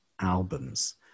albums